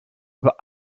über